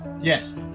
yes